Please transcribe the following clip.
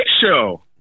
show